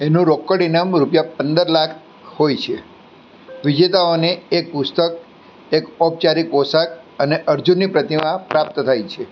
એનું રોકડ ઇનામ રૂપિયા પંદર લાખ હોય છે વિજેતાઓને એક પુસ્તક એક ઔપચારિક પોષાક અને અર્જુનની પ્રતિમા પ્રાપ્ત થાય છે